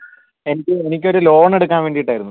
എനിക്ക് എനിക്കൊരു ലോൺ എടുക്കാൻ വേണ്ടിയിട്ടായിരുന്നു